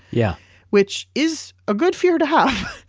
yeah which is a good fear to have.